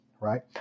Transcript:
right